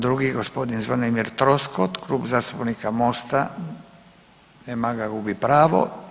Drugi gospodin Zvonimir Troskot, Klub zastupnika MOST-a, nema ga, gubi pravo.